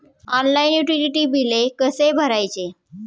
Online utility बिले कसे भरायचे?